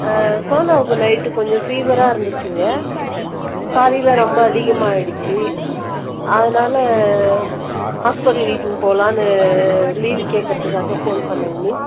சோனாவுக்கு night கொஞ்சம் ஃபீவரா இருந்துச்சுங்க பாதியில் ரொம்ப அதிகமாயிடுச்சு அதுனால் ஹாஸ்பிட்டலுக்கு இழுத்துனு போகலான்னு லீவு கேட்குறதுக்காக போன் பண்ணாங்க மிஸ்